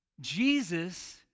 Jesus